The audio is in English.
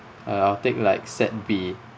uh 'll take like set b